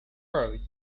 earth